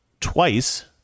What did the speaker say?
twice